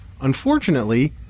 Unfortunately